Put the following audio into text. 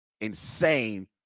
insane